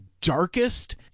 darkest